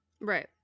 Right